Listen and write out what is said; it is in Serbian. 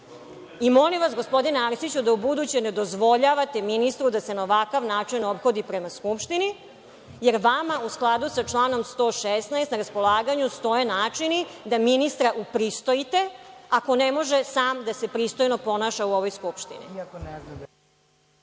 vodili. Molim vas, gospodine Arsiću, da ubuduće ne dozvoljavate ministru da se na ovakav način ophodi prema Skupštini, jer vama u skladu sa članom 116. na raspolaganju stoje načini da ministra upristojite ako ne može sam da se pristojno ponaša u ovoj Skupštini.